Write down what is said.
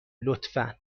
لطفا